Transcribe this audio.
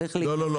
לא.